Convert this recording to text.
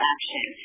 Action